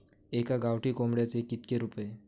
एका गावठी कोंबड्याचे कितके रुपये?